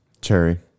Cherry